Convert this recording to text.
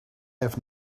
have